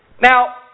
Now